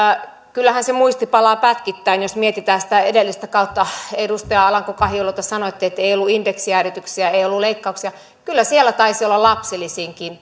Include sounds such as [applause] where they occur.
kyllähän se muisti palaa pätkittäin jos mietitään edellistä kautta edustaja alanko kahiluoto sanoitte että ei ollut indeksijäädytyksiä ei ollut leikkauksia kyllä siellä taisi olla lapsilisiinkin [unintelligible]